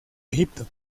egipto